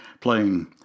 playing